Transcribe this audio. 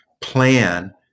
plan